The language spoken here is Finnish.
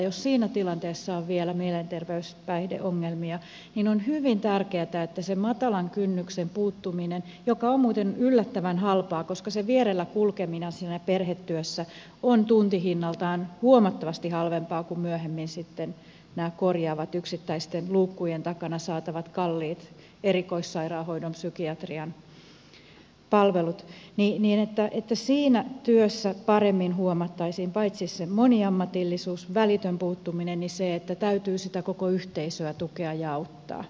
jos siinä tilanteessa on vielä mielenterveys tai päihdeongelmia niin on hyvin tärkeätä että siinä matalan kynnyksen puuttumisessa joka on muuten yllättävän halpaa koska se vierellä kulkeminen siinä perhetyössä on tuntihinnaltaan huomattavasti halvempaa kuin myöhemmin sitten nämä korjaavat yksittäisten luukkujen takaa saatavat kalliit erikoissairaanhoidon ja psykiatrian palvelut paremmin huomattaisiin paitsi se moniammatillisuus välitön puuttuminen niin se että täytyy sitä koko yhteisöä tukea ja auttaa